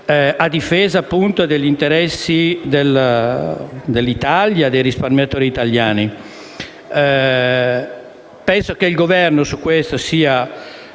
a difesa, appunto, degli interessi dell'Italia e dei risparmiatori italiani. Penso che il Governo su questo sia